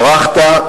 ברחת,